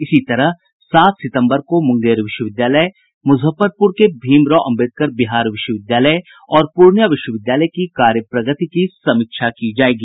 इसी तरह सात सितम्बर को मुंगेर विश्वविद्यालय मुजफ्फरपुर के भीम राव अम्बेदकर बिहार विश्वविद्यालय और पूर्णिया विश्वविद्यालय की कार्य प्रगति की समीक्षा की जायेगी